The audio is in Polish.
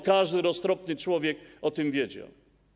Każdy roztropny człowiek o tym wiedział.